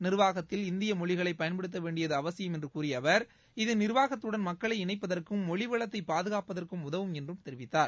நிர்வாகத்தில் இந்திய மொழிகளை பயன்படுத்தவேண்டியது அவசியம் என கூறிய அவர் இது நிர்வாகத்தடன் மக்களை இணைப்பதற்கும் மொழி வளத்தை பாதுகாப்பதற்கும் உதவும் என்று தெரிவித்தார்